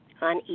on